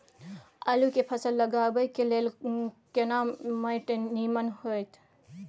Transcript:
आलू के फसल लगाबय के लेल केना माटी नीमन होयत?